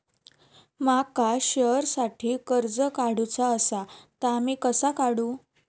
माका शेअरसाठी कर्ज काढूचा असा ता मी कसा काढू?